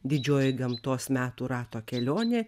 didžioji gamtos metų rato kelionė